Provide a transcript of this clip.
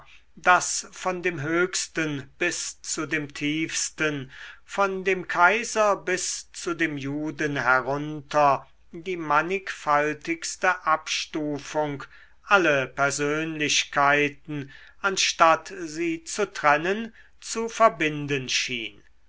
daß von dem höchsten bis zu dem tiefsten von dem kaiser bis zu dem juden herunter die mannigfaltigste abstufung alle persönlichkeiten anstatt sie zu trennen zu verbinden schien